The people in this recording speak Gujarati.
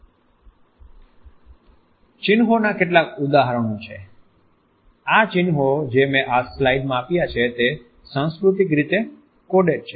ચિન્હોના કેટલાક ઉદાહરણો છે આ ચિન્હો જે મેં આ સ્લાઇડમાં આપ્યા છે તે સાંસ્કૃતિક રીતે કોટેડ છે